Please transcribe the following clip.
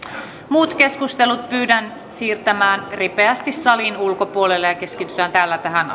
muut keskustelut pyydän siirtämään ripeästi salin ulkopuolelle ja keskitytään täällä tähän